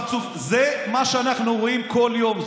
זה מה שאנחנו אומרים כל יום.